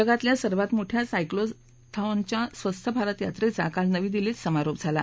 जगातल्या सर्वात मोठया सायक्लोथॉनच्या स्वस्थ भारत यात्रेचा काल नवी दिल्लीत समारोप झाला